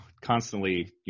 constantly